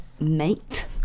mate